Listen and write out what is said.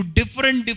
different